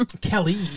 Kelly